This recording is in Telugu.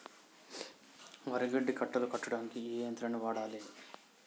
వరి గడ్డి కట్టలు కట్టడానికి ఏ యంత్రాన్ని వాడాలే?